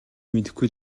мэдэхгүй